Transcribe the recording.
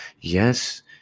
yes